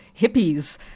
hippies